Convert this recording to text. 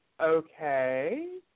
okay